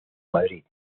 madrid